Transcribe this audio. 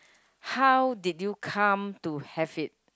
how did you come to have it